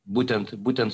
būtent būtent